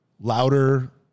louder